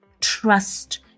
Trust